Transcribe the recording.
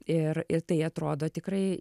ir ir tai atrodo tikrai